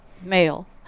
male